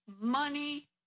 Money